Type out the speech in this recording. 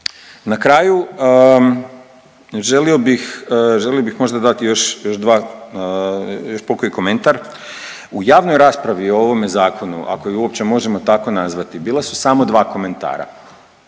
Na kraju, želio bih možda dati još dva, još pokoji komentar. U javnoj raspravi o ovome Zakonu ako ju uopće možemo tako nazvati bila su samo dva komentara.